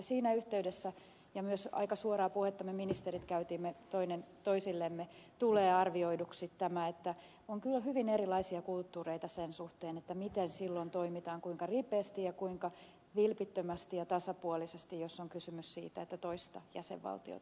siinä yhteydessä ja myös aika suoraa puhetta me ministerit käytimme toinen toisillemme tulee arvioiduksi tämä että on kyllä hyvin erilaisia kulttuureita sen suhteen miten silloin toimitaan kuinka ripeästi ja kuinka vilpittömästi ja tasapuolisesti jos on kysymys siitä että toista jäsenvaltiot